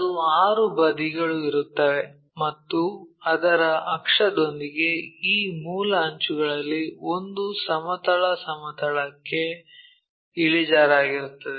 ಅದು 6 ಬದಿಗಳು ಇರುತ್ತವೆ ಮತ್ತು ಅದರ ಅಕ್ಷದೊಂದಿಗೆ ಈ ಮೂಲ ಅಂಚುಗಳಲ್ಲಿ ಒಂದು ಸಮತಲ ಸಮತಲಕ್ಕೆ ಇಳಿಜಾರಾಗಿರುತ್ತದೆ